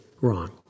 wrong